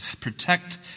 protect